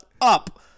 up